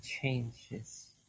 changes